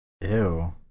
Ew